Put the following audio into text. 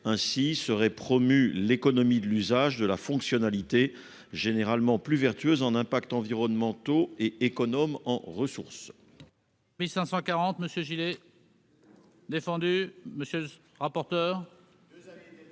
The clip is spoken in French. Ainsi serait promue l'économie de l'usage, de la fonctionnalité, généralement plus vertueuse en matière environnementale et économe en ressources.